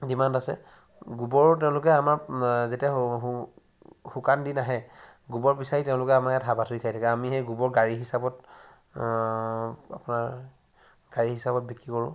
demand আছে গোবৰ তেওঁলোকে আমাৰ যেতিয়া শুকান দিন আহে গোবৰ বিচাৰি তেওঁলোকে আমাৰ ইয়াত হাবাথুৰি খাই থাকেহি আমি সেই গোবৰ গাড়ী হিচাপত আপোনাৰ গাড়ী হিচাপত বিক্ৰী কৰোঁ আপোনাৰ এখন